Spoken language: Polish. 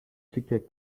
ciche